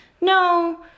no